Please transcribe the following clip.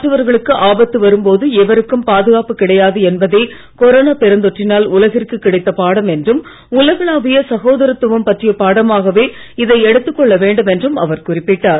மற்றவர்களுக்கு ஆபத்து வரும்போது எவருக்கும் பாதுகாப்பு கிடையாது என்பதே கொரோனா பெருந்தொற்றினால் உலகிற்கு கிடைத்த பாடம் என்றும் உலகளாவிய சகோதரத்துவம் பற்றிய பாடமாகவே இதை எடுத்துக் கொள்ள வேண்டும் என்றும் அவர் குறிப்பிட்டார்